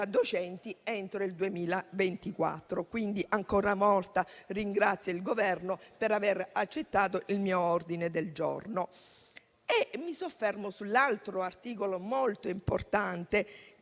docenti entro il 2024. Quindi, ancora una volta, ringrazio il Governo per aver accolto il mio ordine del giorno e mi soffermo su un altro articolo molto importante